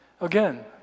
Again